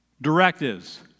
directives